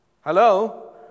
Hello